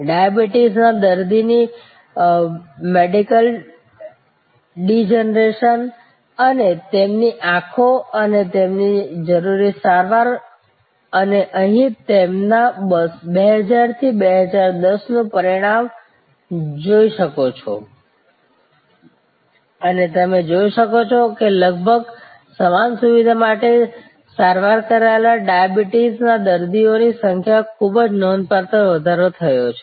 ડાયાબિટીસના દર્દીઓની macular degeneration અને તેમની આંખો અને તેમને જરૂરી સારવાર અને તમે અહીં તેમના 2000 થી 2010 નું પરિણામ જોઈ શકો છો અને તમે જોઈ શકો છો કે લગભગ સમાન સુવિધા સાથે સારવાર કરાયેલા ડાયાબિટીસના દર્દીઓની સંખ્યામાં ખૂબ જ નોંધપાત્ર વધારો થયો છે